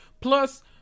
Plus